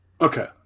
Okay